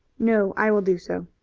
no, i will do so.